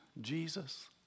Jesus